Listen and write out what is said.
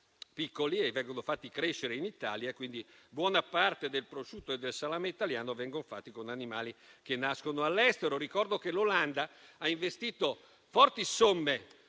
piccoli e fatti crescere in Italia. Quindi, buona parte del prosciutto e del salame italiano viene realizzata con animali che nascono all'estero. Ricordo che l'Olanda ha investito forti somme,